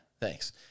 Thanks